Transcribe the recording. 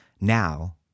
Now